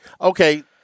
Okay